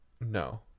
No